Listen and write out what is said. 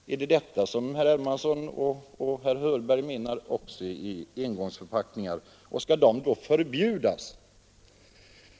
Är det också detta som herr Hermansson och herr Hörberg anser vara engångsförpackningar och skall dessa i så fall förbjudas?